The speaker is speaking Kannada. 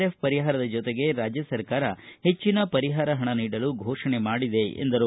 ಎಫ್ ಪರಿಹಾರದ ಜೊತೆಗೆ ರಾಜ್ಯ ಸರ್ಕಾರ ಹೆಚ್ಚಿನ ಪರಿಹಾರ ಹಣ ನೀಡಲು ಘೋಷಣೆ ಮಾಡಿದೆ ಎಂದರು